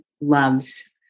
loves